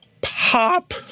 pop